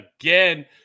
again